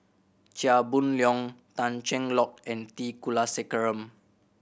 Chia Boon Leong Tan Cheng Lock and T Kulasekaram